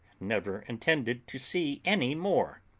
never intended to see any more.